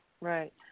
Right